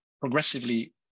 progressively